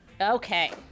Okay